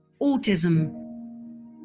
autism